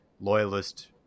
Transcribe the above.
loyalist